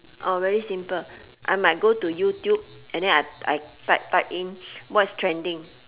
very simple I might go to youtube and then I I type type in what's trending